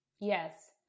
Yes